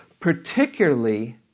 Particularly